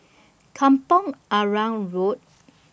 Kampong Arang Road